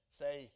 say